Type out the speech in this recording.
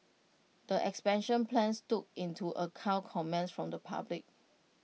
the expansion plans took into account comments from the public